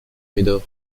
médor